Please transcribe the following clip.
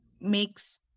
makes